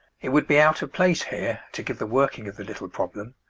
it would be out of place here to give the working of the little problem,